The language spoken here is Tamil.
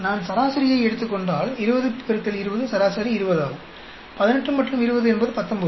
நான் சராசரியை எடுத்துக் கொண்டால் 20 X 20 சராசரி 20 ஆகும் 18 மற்றும் 20 என்பது 19